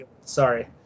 Sorry